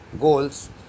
goals